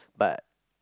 but